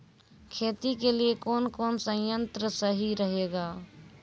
खेती के लिए कौन कौन संयंत्र सही रहेगा?